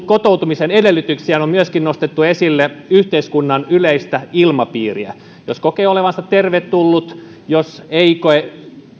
kotoutumisen edellytyksiä on on myöskin nostettu esille yhteiskunnan yleistä ilmapiiriä jos kokee olevansa tervetullut jos ei koe